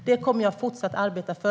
Det kommer jag att fortsatt arbeta för.